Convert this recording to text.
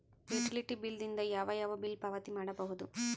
Utility bill ದಿಂದ ಯಾವ ಯಾವ ಬಿಲ್ ಪಾವತಿ ಮಾಡಬಹುದು?